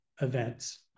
events